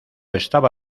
estaba